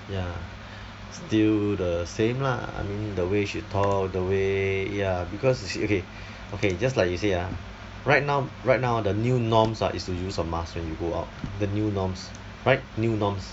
ya still the same lah I mean the way she talk the way ya because you see okay okay just like you say ah right now right now ah the new norms ah is to use a mask when you go out the new norms right new norms